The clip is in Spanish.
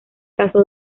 casó